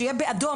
שיהיה באדום,